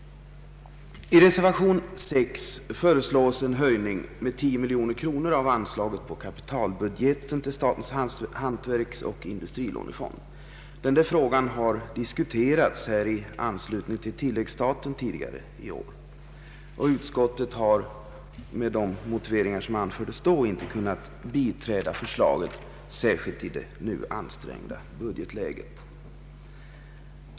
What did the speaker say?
I reservationen 6 föreslås en höjning med 10 miljoner kronor av anslaget på kapitalbudgeten till statens hantverksoch industrilånefond. Denna fråga har diskuterats i anslutning till tilläggsstaten tidigare i år. Med de motiveringar som då anfördes har utskottet funnit sig inte kunna biträda förslaget.